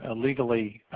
ah legally